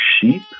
Sheep